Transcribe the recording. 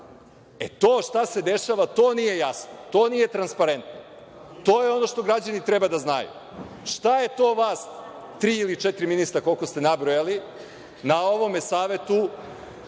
E, to šta se dešava, to nije jasno, to nije transparentno. To je ono što građani treba da znaju. Šta je to vas tri ili četiri ministra, koliko ste nabrojali, na ovome savetu